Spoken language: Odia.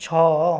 ଛଅ